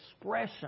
expression